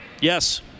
Yes